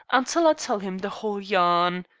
until i tell him the whole yarn.